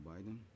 Biden